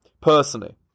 Personally